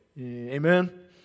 Amen